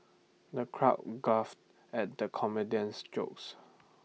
the crowd at the comedian's jokes